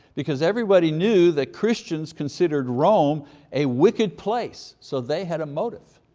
because everybody knew that christians considered rome a wicked place. so they had a motive,